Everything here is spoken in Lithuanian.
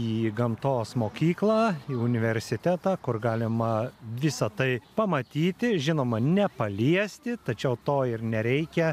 į gamtos mokyklą universitetą kur galima visa tai pamatyti žinoma ne paliesti tačiau to ir nereikia